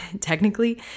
technically